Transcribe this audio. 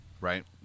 Right